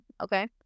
Okay